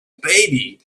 baby